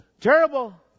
terrible